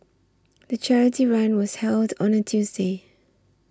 the charity run was held on a Tuesday